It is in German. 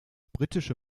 britische